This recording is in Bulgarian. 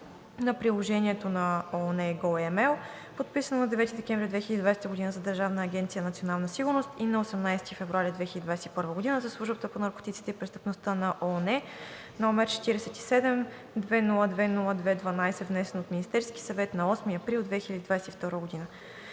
на приложението на ООН goAML, подписано на 9 декември 2020 г. за Държавна агенция „Национална сигурност“ и на 18 февруари 2021 г. за Службата по наркотиците и престъпността на ООН, № 47-202-02-12, внесен от Министерския съвет на 8 април 2022 г.